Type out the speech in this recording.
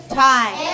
time